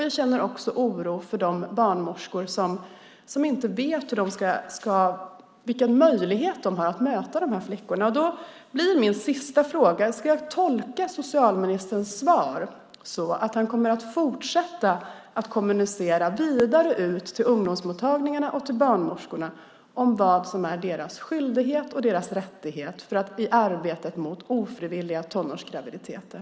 Jag känner också oro för de barnmorskor som inte vet vilken möjlighet de har att möta de här flickorna. Då blir min sista fråga: Ska jag tolka socialministerns svar så att han kommer att fortsätta att kommunicera vidare ut till ungdomsmottagningarna och till barnmorskorna vad som är deras skyldighet och deras rättighet i arbetet mot ofrivilliga tonårsgraviditeter?